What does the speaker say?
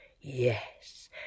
Yes